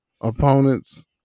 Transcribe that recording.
opponents